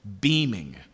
beaming